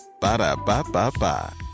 Ba-da-ba-ba-ba